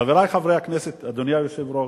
חברי חברי הכנסת, אדוני היושב-ראש,